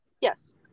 Yes